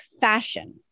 fashion